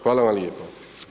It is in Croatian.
Hvala vam lijepa.